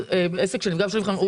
עסק שנפגע ב-35 אחוזים,